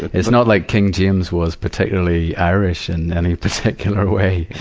it's not like king james was particularly irish in any particular way.